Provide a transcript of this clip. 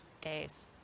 days